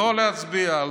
לא להצביע.